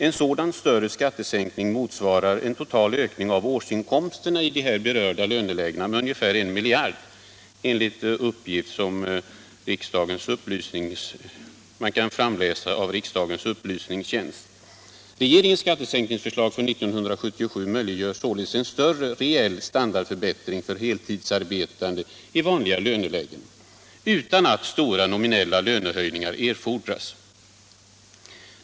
En sådan större skattesänkning motsvarar en total ökning av årsinkomsterna i de här berörda lönelägena med ungefär I miljard kronor, enligt vad man kan framläsa av vad som meddelats från riksdagens upplysningstjänst. Regeringens skattesänkningsförslag för 1977 möjliggör således en större reell standardförbättring för heltidsarbetande i vanliga lönelägen utan att stora nominella lönehöjningar erfordras.